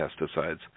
pesticides